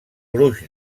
gruix